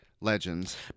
Legends